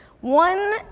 one